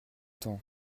temps